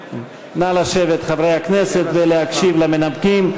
חברי הכנסת, נא לשבת ולהקשיב למנמקים.